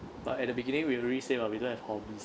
but at the beginning we already say [what] we don't have hobbies